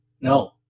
No